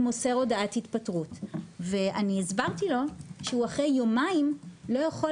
מוסר הודעת התפטרות ואני הסברתי לו שאחרי יומיים הוא לא יכול